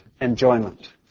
enjoyment